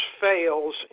fails